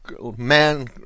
man